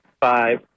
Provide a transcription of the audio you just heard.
five